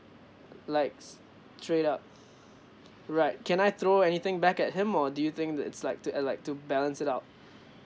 uh likes straight up right can I throw anything back at him or do you think that's like to uh like to balance it out